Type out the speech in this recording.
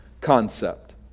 concept